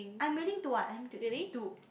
I'm willing to [what] I'm to